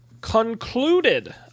concluded